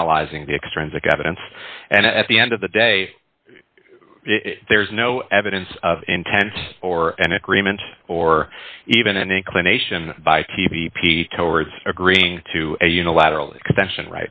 analyzing the extrinsic evidence and at the end of the day there is no evidence of intent or an agreement or even an inclination by p p p towards agreeing to a unilateral extension